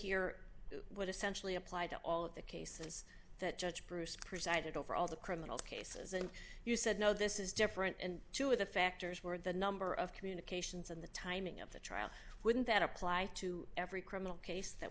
essentially apply to all of the cases that judge bruce presided over all the criminal cases and you said no this is different and two of the factors were the number of communications and the timing of the trial wouldn't that apply to every criminal case that